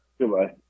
Goodbye